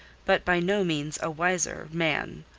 but by no means a wiser man.